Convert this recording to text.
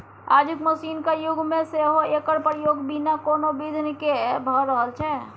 आजुक मशीनक युग मे सेहो एकर प्रयोग बिना कोनो बिघ्न केँ भ रहल छै